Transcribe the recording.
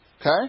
Okay